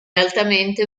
altamente